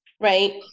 right